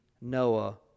Noah